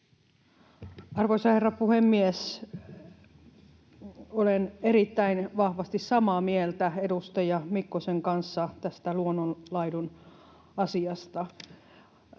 Arvoisa herra puhemies! Olen erittäin vahvasti samaa mieltä edustaja Mikkosen kanssa tästä luonnonlaidunasiasta.